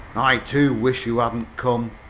i, too, wish you hadn't come,